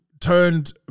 turned